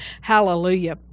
Hallelujah